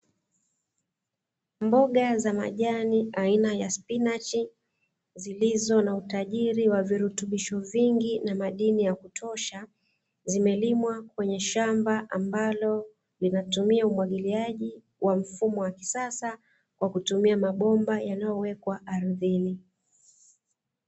Mboga za majani aina ya spinachi, zilizo na utajiri wa virutubisho vingi na madini ya kutosha, zimelimwa kwenye shamba ambalo linatumia umwagiliaji wa mfumo wa kisasa wa kutumia mabomba yanayowekwa ardhini.